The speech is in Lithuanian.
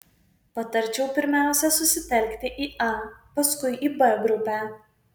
patarčiau pirmiausia susitelkti į a paskui į b grupę